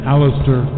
Alistair